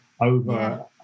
over